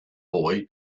boy